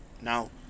Now